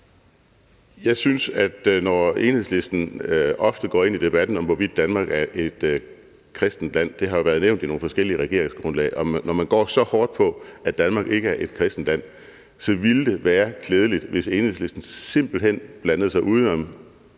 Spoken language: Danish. Jeg synes, at når Enhedslisten ofte går ind i debatten om, hvorvidt Danmark er et kristent land – det har jo været nævnt i nogle forskellige regeringsgrundlag – og når man går så hårdt på, at Danmark ikke er et kristent land, så ville det være klædeligt, hvis Enhedslisten simpelt hen blandede sig udenom